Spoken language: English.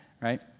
right